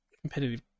competitive